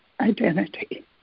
identity